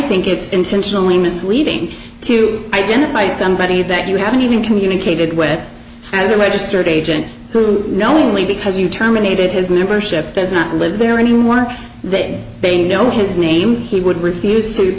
think it's intentionally misleading to identify somebody that you haven't even communicated wed as a registered agent who knowingly because you terminated his membership does not live there anyone that they know his name he would refuse to